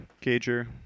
Gager